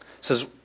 says